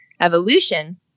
evolution